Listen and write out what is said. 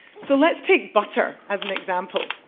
so, let's take butter as an example.